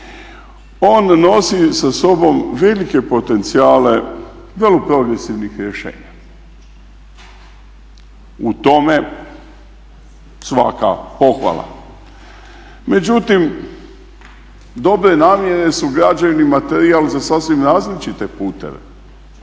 on nosi sa sobom velike potencijale …/Govornik se ne razumije./… U tome svaka pohvala. Međutim, dobre namjere su građevni materijal za sasvim različite puteve